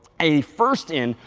a first in,